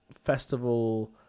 festival